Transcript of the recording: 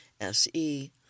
SE